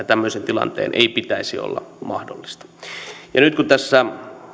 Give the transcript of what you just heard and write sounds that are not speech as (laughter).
(unintelligible) tämmöisen tilanteen ei pitäisi olla mahdollinen nyt kun tässä